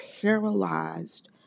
paralyzed